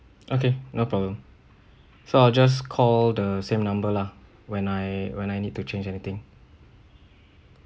okay no problem so I'll just call the same number lah when I when I need to change anything